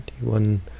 one